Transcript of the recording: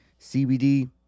CBD